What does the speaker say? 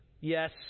Yes